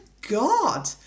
God